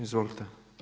Izvolite.